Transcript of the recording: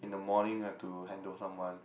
in the morning I have to handle someone